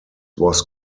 was